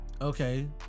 okay